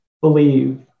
believe